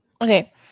Okay